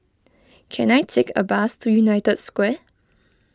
can I take a bus to United Square